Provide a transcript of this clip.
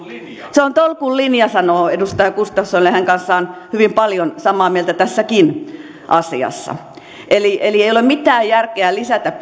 se on tolkun linja sanoo edustaja gustafsson ja olen hänen kanssaan hyvin paljon samaa mieltä tässäkin asiassa eli eli ei ole mitään järkeä lisätä